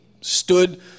stood